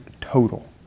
total